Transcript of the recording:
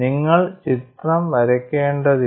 നിങ്ങൾ ചിത്രം വരയ്ക്കേണ്ടതില്ല